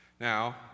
Now